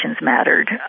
mattered